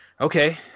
okay